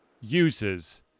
uses